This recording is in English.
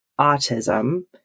autism